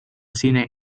cine